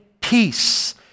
peace